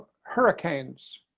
hurricanes